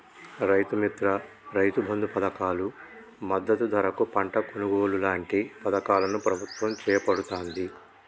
రైతు మిత్ర, రైతు బంధు పధకాలు, మద్దతు ధరకు పంట కొనుగోలు లాంటి పధకాలను ప్రభుత్వం చేపడుతాంది